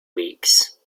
leaks